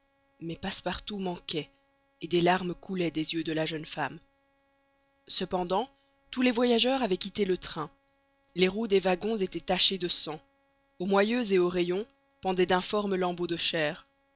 mais passepartout manquait et des larmes coulaient des yeux de la jeune femme cependant tous les voyageurs avaient quitté le train les roues des wagons étaient tachées de sang aux moyeux et aux rayons pendaient d'informes lambeaux de chair